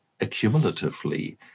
accumulatively